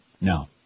No